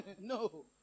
No